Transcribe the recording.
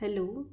hello